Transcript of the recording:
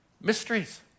mysteries